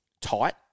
tight